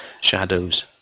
shadows